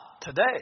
today